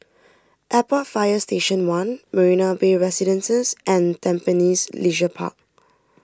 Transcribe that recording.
Airport Fire Station one Marina Bay Residences and Tampines Leisure Park